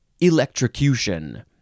electrocution